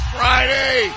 Friday